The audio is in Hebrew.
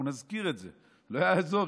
אנחנו נזכיר את זה, לא יעזור.